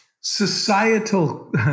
societal